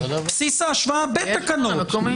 בסיס ההשוואה בתקנות